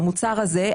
המוצר הזה,